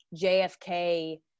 JFK